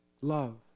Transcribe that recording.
love